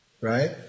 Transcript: right